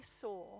saw